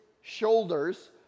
shoulders